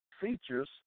features